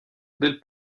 del